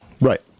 Right